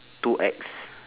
too ex